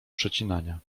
przecinania